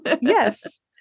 Yes